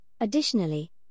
Additionally